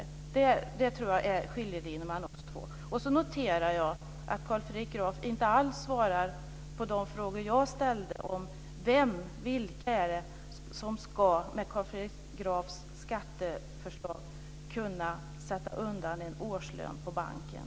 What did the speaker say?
Det tror jag är skiljelinjen mellan oss två. Dessutom noterar jag att Carl Fredrik Graf inte alls svarar på de frågor jag ställde om vilka det är som med Carl Fredrik Grafs skatteförslag ska kunna sätta undan en årslön på banken.